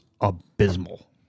abysmal